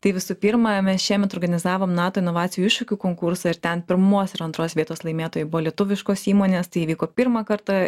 tai visų pirma mes šiemet organizavom nato inovacijų iššūkių konkursą ir ten pirmos ir antros vietos laimėtojai buvo lietuviškos įmonės tai įvyko pirmą kartą